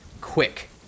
quick